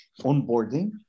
onboarding